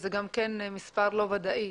זה גם מספר לא ודאי,